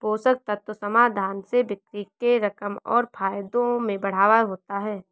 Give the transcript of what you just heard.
पोषक तत्व समाधान से बिक्री के रकम और फायदों में बढ़ावा होता है